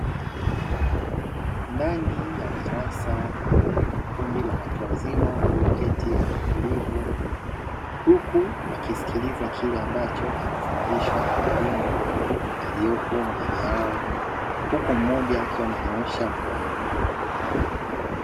Ndani ya darasa kuna kundi la watu wazima walioketi kwa utulivu, huku wakisikiliza kile ambacho kinafundishwa na mwalimu aliyopo mbele yao huku mmoja akiwa amenyoosha mkono.